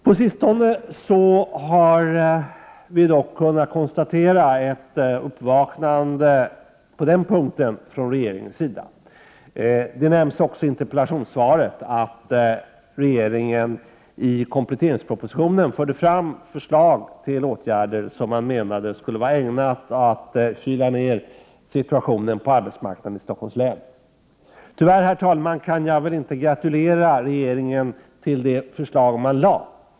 På sistone har vi dock kunnat konstatera ett uppvaknande från regeringen på detta område. Det nämns också i interpellationssvaret att regeringen i kompletteringspropositionen fört fram förslag till åtgärder som man menar är ägnade att kyla ned situationen på arbetsmarknaden i Stockholms län. Tyvärr, herr talman, kan jag inte gratulera regeringen till det framlagda förslaget.